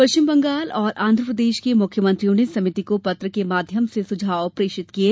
पश्चिम बंगाल और आंधप्रदेश के मुख्यमंत्रियों ने समिति को पत्र के माध्यम से सुझाव प्रेषित किये